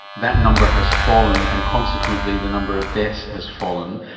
that number has fallen and consequently the number of deaths has fallen,